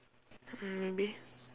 mm maybe